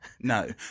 No